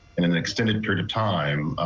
and an extended period of time,